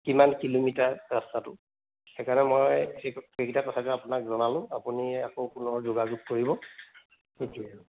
কিমান কিলোমিটাৰ ৰাস্তাটো সেইকাৰণে মই সেইকেইটা কথাকে আপোনাক জনালোঁ আপুনি আকৌ পুনৰ যোগাযোগ কৰিব সেইটোৱেই আৰু